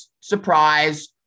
surprise